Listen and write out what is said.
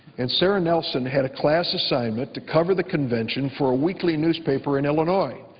and sara nelson had a class assignment to cover the convention for a weekly newspaper in illinois.